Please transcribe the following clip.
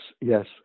Yes